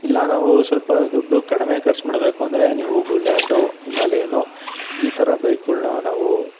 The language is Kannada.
ಇಲ್ಲ ನಾವು ಸ್ವಲ್ಪ ದುಡ್ಡು ಕಡಿಮೆ ಖರ್ಚು ಮಾಡಬೇಕಂದ್ರೆ ನೀವು ಬುಲೆಟು ಇಮಾಲಯನ್ನು ಈ ಥರ ಬೈಕುಗಳ್ನ ನಾವು